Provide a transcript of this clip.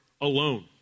alone